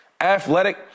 athletic